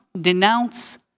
denounce